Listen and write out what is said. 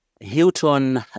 Hilton